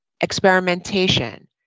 experimentation